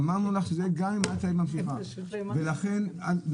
אמרנו לך שזה יהיה גם אם --- לכן צריך